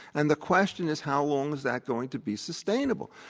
and the question is, how long is that going to be sustainable?